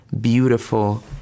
beautiful